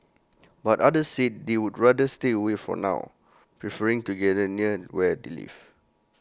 but others said they would rather stay away for now preferring to gather near where they live